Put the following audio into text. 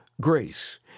Grace